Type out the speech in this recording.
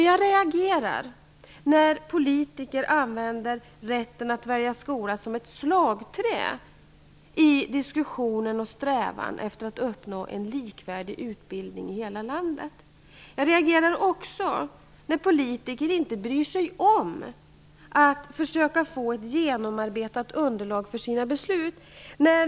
Jag reagerar när politiker använder rätten att välja skola som ett slagträ i diskussionen om och strävan efter att uppnå en likvärdig utbildning i hela landet. Jag reagerar också när politiker inte bryr sig om att försöka få ett genomarbetat underlag för sina beslut.